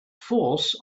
force